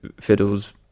fiddles